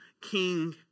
King